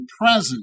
present